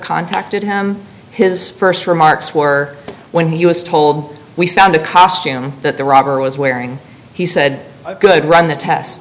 contacted him his st remarks were when he was told we found a costume that the robber was wearing he said good run the test